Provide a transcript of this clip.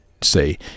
say